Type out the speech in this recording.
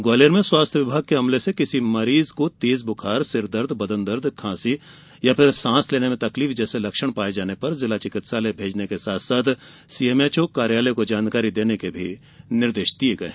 ग्वालियर में स्वास्थ्य विभाग के अमले से किसी मरीज को तेज बुखार सिरदर्द बदनदर्द खासी और सांस लेने में तकलीफ जैसे लक्षण पाये जाने पर जिला चिकित्सालय भेजने के साथ सीएमएचओ कार्यालय को जानकारी देने के निर्देश भी दिये गये हैं